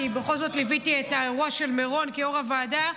כי בכל זאת ליוויתי את האירוע של מירון כיושבת-ראש הוועדה.